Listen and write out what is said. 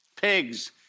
pigs